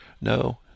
no